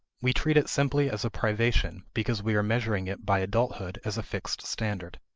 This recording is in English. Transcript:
we treat it simply as a privation because we are measuring it by adulthood as a fixed standard.